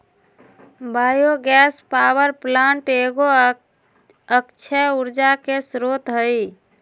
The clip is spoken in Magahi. बायो गैस पावर प्लांट एगो अक्षय ऊर्जा के स्रोत हइ